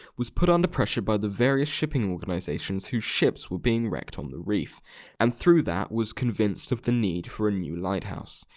was put under pressure by the various shipping organizations whose ships were being wrecked on the reef and through that was convinced of the need for a new lighthouse.